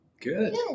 Good